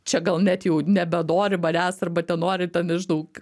čia gal net jau nebenori manęs arba ten nori ten nežinau